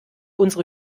unsere